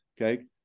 okay